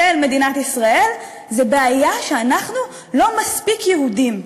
של מדינת ישראל זו הבעיה שאנחנו לא מספיק יהודים.